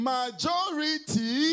Majority